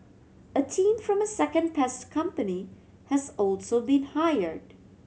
a team from a second pest company has also been hired